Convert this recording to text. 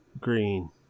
green